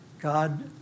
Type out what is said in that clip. God